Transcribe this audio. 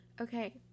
Okay